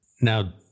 Now